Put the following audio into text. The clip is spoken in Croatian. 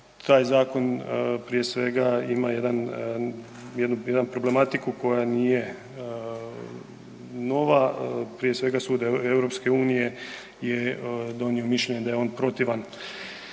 Taj zakon prije svega ima jedan, jednu, jedan problematiku koja nije nova, prije svega sud EU je donio mišljenje da je on protivan